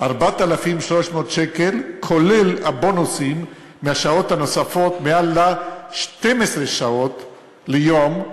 4,300 שקל כולל הבונוסים מהשעות הנוספות מעל ל-12 שעות ליום,